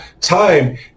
time